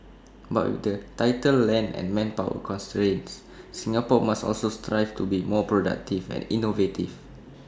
but with the tighter land and manpower constraints Singapore must also strive to be more productive and innovative